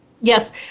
Yes